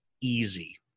easy